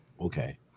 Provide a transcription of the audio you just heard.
Okay